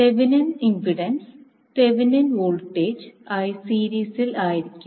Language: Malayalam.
Thevenin impedance Thevenin voltage Thevinin's voltage ആയി സീരീസിൽ ആയിരിക്കും